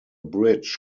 bridge